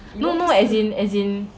no no no as in as in